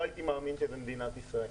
לא הייתי מאמין שזאת מדינת ישראל.